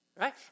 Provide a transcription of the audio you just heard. right